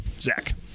Zach